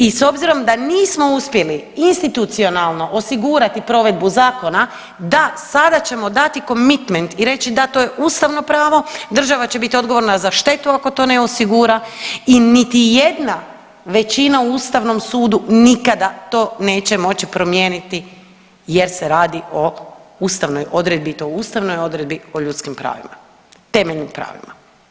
I s obzirom da nismo uspjeli institucionalno osigurati provedbu zakona da sada ćemo dati komitment i reći da to je ustavno pravo, država će biti odgovorna za štetu ako to ne osigura i niti jedna većina u Ustavnom sudu nikada to neće promijeniti jer se radi o ustavnoj odredbi i to o ustavnoj odredbi o ljudskim pravima, temeljnim pravima.